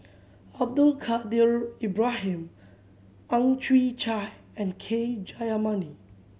Abdul Kadir Ibrahim Ang Chwee Chai and K Jayamani